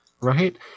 right